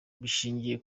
bishingiye